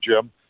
Jim